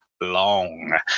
long